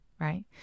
right